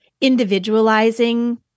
individualizing